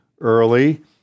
early